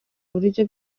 buryo